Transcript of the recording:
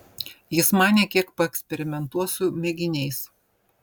jis manė kiek paeksperimentuos su mėginiais